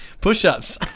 Push-ups